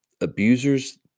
abusers